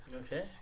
Okay